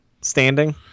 standing